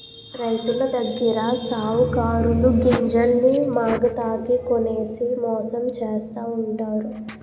రైతులదగ్గర సావుకారులు గింజల్ని మాగతాకి కొనేసి మోసం చేస్తావుంటారు